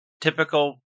typical